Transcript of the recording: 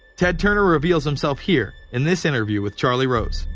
ted turner reveals himself here in this interview with charlie rose.